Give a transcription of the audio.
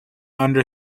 under